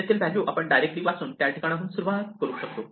तेथील व्हॅल्यू आपण डायरेक्टली वाचून त्याठिकाणाहून सुरुवात करू शकतो